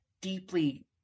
deeply